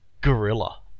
Gorilla